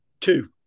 Two